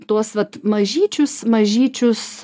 tuos vat mažyčius mažyčius